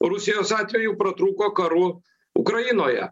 rusijos atveju pratrūko karu ukrainoje